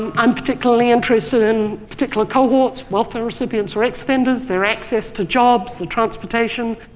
um i'm particularly interested in particular cohorts, welfare recipients or ex-offenders, their access to jobs, transportation,